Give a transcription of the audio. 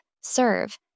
serve